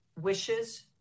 wishes